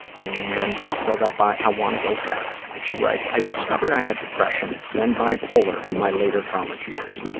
and it's filled out by i want to go fast. and she writes, i discovered i had depression, then bipolar in my later college years.